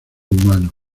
humano